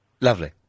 Lovely